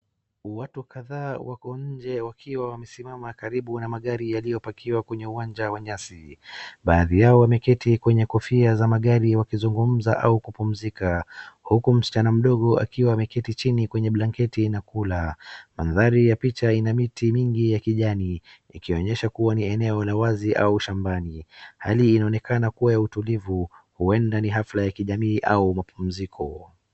Watu kadhaa wako nje wakiwa wamesimama karibu na magari yaliyopakiwa kwenye uwanja wa nyasi. Baadhi yao wameketi kwenye kofia za magari wakizungumza au kupumzika, huku msichana mdogo akiwa ameketi chini kwenye blaketi na kula. Mandhari ya picha ina miti mingi ya kijani, ikionyesha kuwa ni eneo la wazi au shambani. Hali inaonekana kuwa ya utulivu, huenda ni hafla ya kijamii au mapumziko.